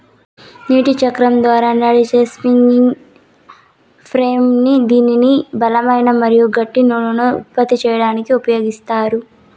నీటి చక్రం ద్వారా నడిచే స్పిన్నింగ్ ఫ్రేమ్ దీనిని బలమైన మరియు గట్టి నూలును ఉత్పత్తి చేయడానికి ఉపయోగిత్తారు